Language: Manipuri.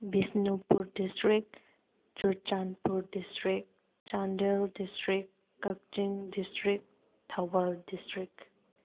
Bishnupur district Churachandpur district Chandel district Kakching district Thoubal district